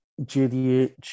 JDH